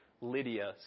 Lydia